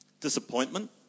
Disappointment